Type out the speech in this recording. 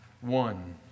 one